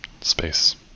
space